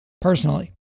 Personally